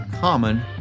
common